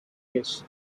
kiss